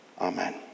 Amen